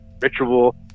ritual